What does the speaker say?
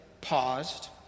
paused